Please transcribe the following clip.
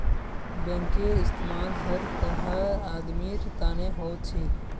बैंकेर इस्तमाल हर तरहर आदमीर तने हो छेक